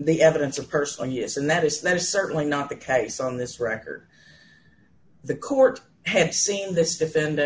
the evidence or person yes and that is that is certainly not the case on this record the court had seen this defend